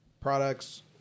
products